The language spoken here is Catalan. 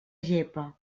gepa